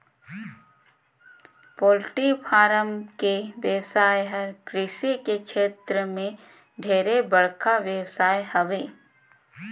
poultry farm के बेवसाय हर कृषि के छेत्र में ढेरे बड़खा बेवसाय हवे